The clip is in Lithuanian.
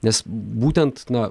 nes būtent na